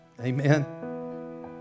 Amen